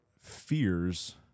fears